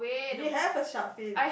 did you have a shark fin